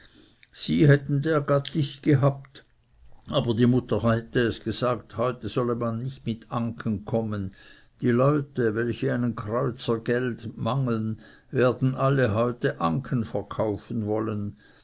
sie hätten der gattig gehabt aber die mutter hätte es gesagt heute solle man nicht mit anken kommen die leute welche einen kreuzer geld mangeln werden alle heute anken verkaufen wollen